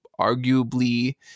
arguably